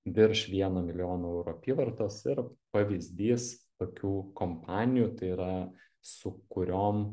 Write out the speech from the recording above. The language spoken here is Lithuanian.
virš vieno milijono eurų apyvartos ir pavyzdys tokių kompanijų tai yra su kuriom